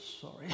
sorry